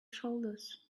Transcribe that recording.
shoulders